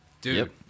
Dude